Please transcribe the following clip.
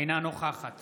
אינה נוכחת